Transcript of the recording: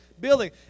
building